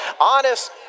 Honest